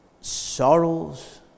sorrows